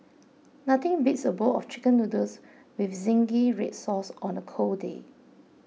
nothing beats a bowl of Chicken Noodles with Zingy Red Sauce on a cold day